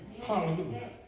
Hallelujah